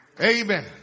Amen